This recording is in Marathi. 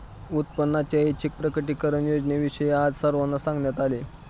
उत्पन्नाच्या ऐच्छिक प्रकटीकरण योजनेविषयी आज सर्वांना सांगण्यात आले